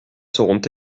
seront